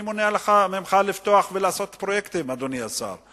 מי מונע ממך לפתוח ולעשות פרויקטים, אדוני השר?